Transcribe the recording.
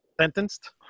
Sentenced